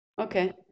Okay